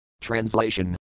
Translation